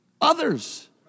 others